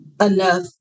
enough